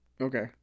Okay